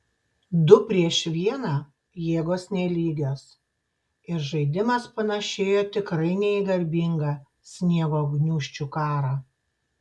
du prieš vieną jėgos nelygios ir žaidimas panašėjo tikrai ne į garbingą sniego gniūžčių karą